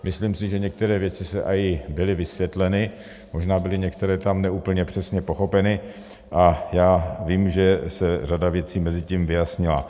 Myslím si, že některé věci byly vysvětleny, možná byly některé ne úplně přesně pochopeny, a já vím, že se řada věcí mezitím vyjasnila.